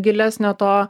gilesnio to